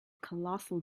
colossal